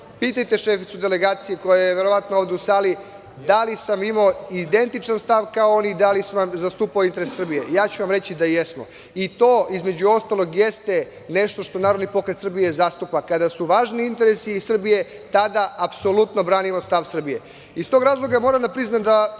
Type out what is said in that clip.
pitajte šeficu delegacije koja je verovatno ovde u sali da li sam imao identičan stav kao oni i da li sam zastupao interese Srbije. Ja ću vam reći da jesmo, i to, između ostalog, jeste nešto što Narodni pokret Srbije zastupa. Kada su važni interesi Srbije, tada apsolutno branimo stav Srbije. Iz tog razloga moram da priznam da